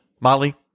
Molly